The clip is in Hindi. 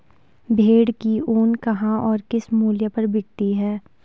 भेड़ की ऊन कहाँ और किस मूल्य पर बिकती है?